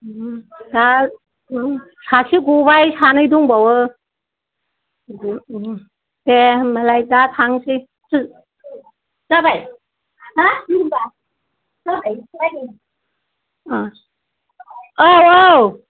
सा सासे गबाय सानै दंबावो दोनदो दे होनबालाय दा थांसैसो जाबाय हो हिरिम्बा जाबाय औ औ